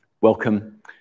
welcome